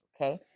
okay